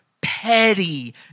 petty